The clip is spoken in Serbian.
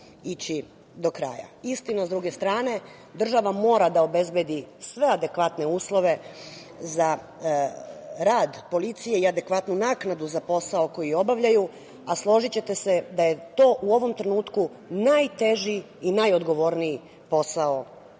ići do kraja. Istina, s druge strane, država mora da obezbedi sve adekvatne uslove za rad policije i adekvatnu naknadu za posao koji obavljaju, a složićete se da je to u ovom trenutku najteži i najodgovorniji posao u